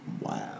Wow